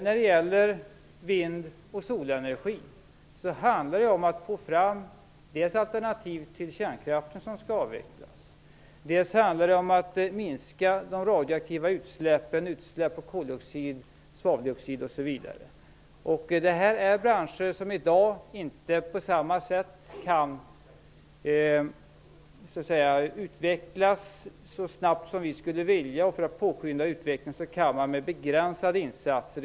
När det gäller vind och solenergi handlar det om att dels få fram alternativ till kärnkraften, som skall avvecklas, dels att minska de radioaktiva utsläppen, utsläpp av koldioxid, svaveldioxid, m.m. Det här är branscher som i dag inte kan utvecklas så snabbt som vi skulle vilja. Man kan påskynda utvecklingen med begränsade insatser.